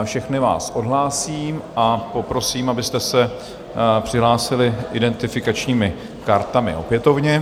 Všechny vás odhlásím a poprosím, abyste se přihlásili identifikačními kartami opětovně.